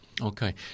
Okay